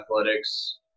athletics